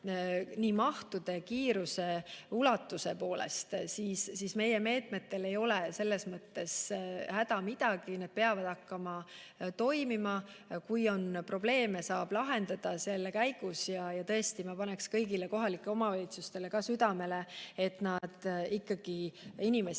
nii mahtude, kiiruse kui ka ulatuse poolest, siis meie meetmetel ei ole selles mõttes häda midagi, need peavad hakkama toimima. Kui on probleeme, siis saab neid lahendada [protsessi] käigus. Ja tõesti, ma paneks kõigile kohalikele omavalitsustele südamele, et nad ikkagi inimesi